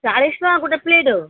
ଚାଳିଶ ଟଙ୍କା ଗୋଟେ ପ୍ଲେଟ୍